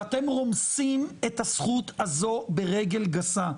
ואתם רומסים את הזכות הזו ברגל גסה,